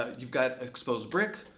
you've got exposed brick.